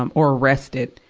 um or arrested.